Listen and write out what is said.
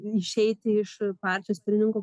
išeiti iš partijos pirmininko